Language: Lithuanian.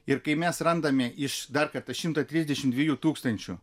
ir kai mes randame iš dar kartą šimto trisdešimt dviejų tūkstančių